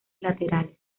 laterales